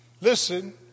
listen